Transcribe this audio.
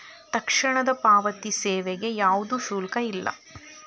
ತಕ್ಷಣದ ಪಾವತಿ ಸೇವೆಗೆ ಯಾವ್ದು ಶುಲ್ಕ ಇಲ್ಲ